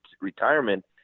retirement